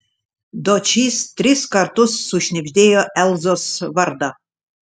dočys tris kartus sušnibždėjo elzos vardą